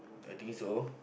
I think so